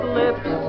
lips